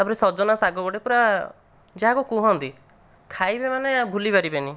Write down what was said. ତା' ପରେ ସଜନା ଶାଗ ଗୋଟିଏ ପୁରା ଯାହାକୁ କୁହନ୍ତି ଖାଇବେ ମାନେ ଭୁଲି ପାରିବେନି